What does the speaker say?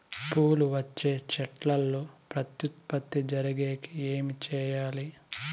పూలు వచ్చే చెట్లల్లో ప్రత్యుత్పత్తి జరిగేకి ఏమి చేయాలి?